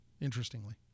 interestingly